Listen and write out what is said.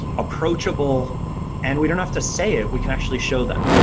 approachable and we don't have to say it. we can actually show them.